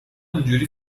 اونحوری